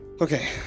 Okay